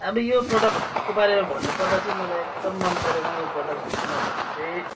अब यो प्रडक्टको बारेमा भन्नुपर्दा चाहिँ मलाई एकदम मनपरेन यो प्रडक्ट चाहिँ किनभने चाहिँ